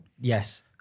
Yes